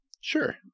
Sure